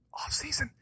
offseason